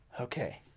Okay